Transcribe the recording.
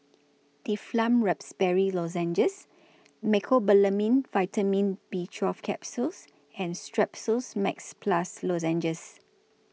Difflam Raspberry Lozenges Mecobalamin Vitamin B twelve Capsules and Strepsils Max Plus Lozenges